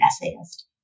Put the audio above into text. essayist